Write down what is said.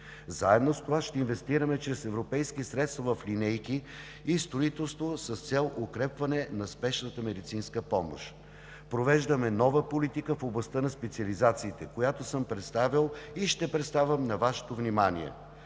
Заедно с това чрез европейски средства ще инвестираме в линейки и строителство с цел укрепване на спешната медицинска помощ. Провеждаме нова политика в областта на специализациите, която съм представил и ще представям на Вашето внимание.